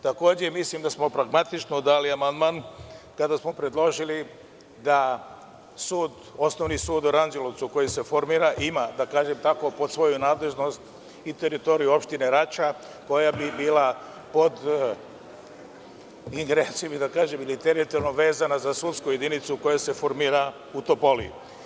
Takođe, mislim da smo pragmatično dali amandman kada smo predložili da Osnovni sud u Aranđelovcu koji se formira, ima, da kažem tako pod svoju nadležnost i teritoriju opštine Rača, koja bi bila pod ingerencijom i da kažem da je teritorijalno vezana za sudsku jedinicu koja se formira u Topoli.